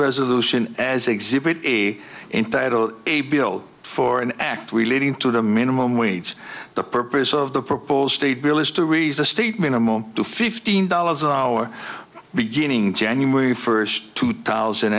resolution as exhibit a in title a bill for an act relating to the minimum wage the purpose of the proposed bill is to raise the state minimum to fifteen dollars an hour beginning january first two thousand